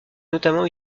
notamment